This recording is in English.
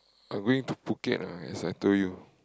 I went to Phuket ah as I told you